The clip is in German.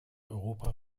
europa